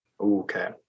Okay